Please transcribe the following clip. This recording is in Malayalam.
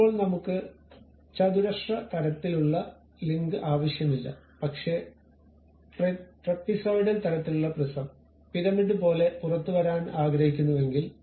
ഇപ്പോൾ നമുക്ക് ചതുരശ്ര തരത്തിലുള്ള ലിങ്ക് ആവശ്യമില്ല പക്ഷേ ട്രേപ്സോയിഡൽ തരത്തിലുള്ള പ്രിസം പിരമിഡ് പോലെ പുറത്തുവരാൻ ആഗ്രഹിക്കുന്നുവെങ്കിൽ